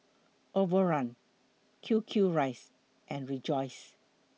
Overrun Q Q Rice and Rejoice